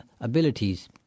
abilities